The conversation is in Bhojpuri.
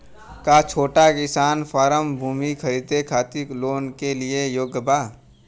का छोटा किसान फारम भूमि खरीदे खातिर लोन के लिए योग्य बा?